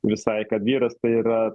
visai kad vyras tai yra